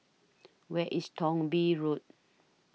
Where IS Thong Bee Road